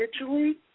individually